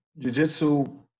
jujitsu